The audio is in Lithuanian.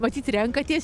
matyt renkatės